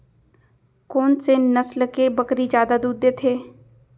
कोन से नस्ल के बकरी जादा दूध देथे